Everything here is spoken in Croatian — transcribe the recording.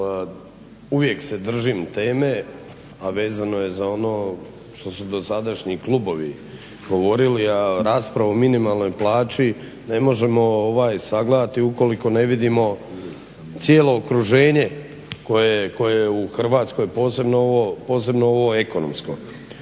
Uvijek se držim teme, a vezano je za ono što su dosadašnji klubovi govori, al raspravu o minimalnoj plaći ne možemo ovaj sagledati ukoliko ne vidimo cijelo okruženje koje je u Hrvatskoj, posebno ovo ekonomsko.